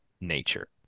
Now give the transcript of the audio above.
nature